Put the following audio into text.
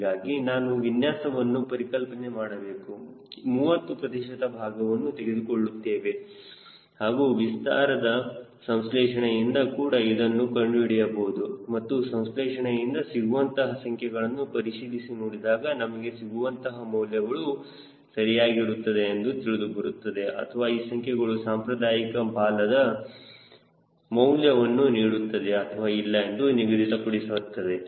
ಹೀಗಾಗಿ ನಾನು ವಿನ್ಯಾಸವನ್ನು ಪರಿಕಲ್ಪನೆ ಮಾಡುವಾಗ 30 ಪ್ರತಿಶತ ಭಾಗವನ್ನು ತೆಗೆದುಕೊಳ್ಳುತ್ತೇವೆ ಹಾಗೂ ವಿಸ್ತಾರದ ಸಂಸ್ಲೇಷಣೆಯಿಂದ ಕೂಡ ಇದನ್ನು ಕಂಡು ಹಿಡಿಯಬಹುದು ಮತ್ತು ಸಂಸ್ಲೇಷಣೆಯಿಂದ ಸಿಗುವಂತಹ ಸಂಖ್ಯೆಗಳನ್ನು ಪರಿಶೀಲಿಸಿ ನೋಡಿದಾಗ ನನಗೆ ಸಿಗುವಂತಹ ಮೌಲ್ಯಗಳು ಸರಿಯಾಗಿರುತ್ತದೆ ಎಂದು ತಿಳಿದು ಬರುತ್ತದೆ ಅಥವಾ ಈ ಸಂಖ್ಯೆಗಳು ಸಾಂಪ್ರದಾಯಿಕ ಬಾಲದ ಮೌಲ್ಯವನ್ನು ನೀಡುತ್ತದೆ ಅಥವಾ ಇಲ್ಲ ಎಂದು ನಿಗದಿತಪಡಿಸುತ್ತದೆ